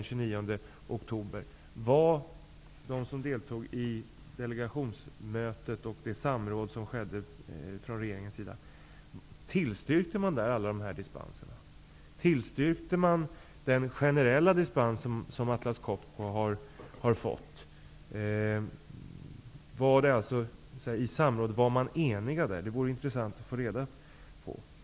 Copco har fått? Var man eniga i samrådet? Det vore intressant att få reda på.